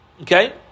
Okay